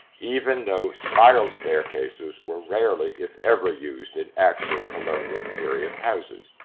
even though spiral staircases were rarely, if ever, used in actual colonial period houses.